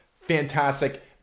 fantastic